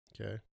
Okay